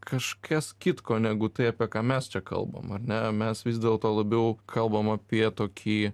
kažkas kitko negu tai apie ką mes čia kalbam ar ne mes vis dėlto labiau kalbam apie tokį